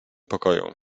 pokoju